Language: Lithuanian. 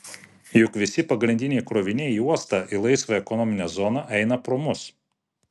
juk visi pagrindiniai kroviniai į uostą į laisvąją ekonominę zoną eina pro mus